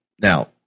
now